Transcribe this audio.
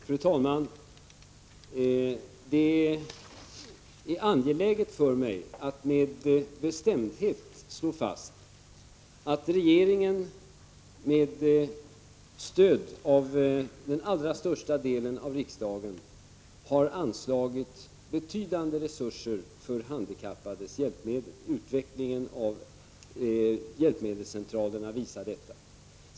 Prot. 1985/86:45 Fru talman! Det är angeläget för mig att med bestämdhet slå fast att 5 december 1985 regeringen med stöd av den allra största delen av riksdagen har anslagit betydande resurser för handikappades hjälpmedel. Utvecklingen av hjälp 2 af orskrifng SR k Linköpings universitet medelscentralerna visar detta. krireb förhåll.